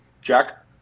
Jack